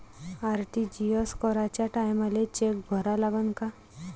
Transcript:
RTGS कराच्या टायमाले cheque भरा लागन का?